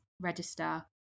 register